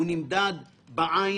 ברשותכם,